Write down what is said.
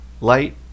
light